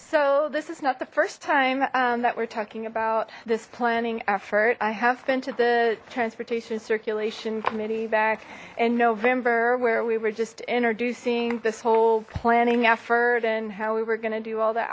so this is not the first time that we're talking about this planning effort i have been to the transportation circulation committee back in november where we were just introducing this whole planning effort and how we were gonna do all th